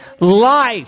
life